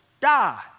die